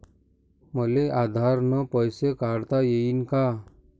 मले आधार न पैसे काढता येईन का?